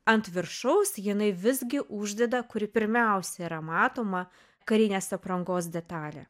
ant viršaus jinai visgi uždeda kuri pirmiausia yra matoma karinės aprangos detalę